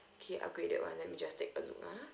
okay upgraded one let me just take a look ah